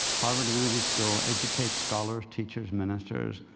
harvard divinity school educates scholars, teachers, ministers,